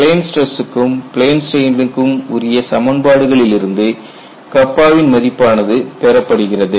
plane ஸ்ட்ரெஸ்சுக்கும் plane ஸ்ட்ரெயினுக்கும் உரிய சமன்பாடுகளிலிருந்து வின் மதிப்பானது பெறப்படுகிறது